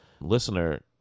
listener